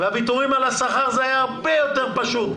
הוויתורים על השכר היו הרבה יותר פשוטים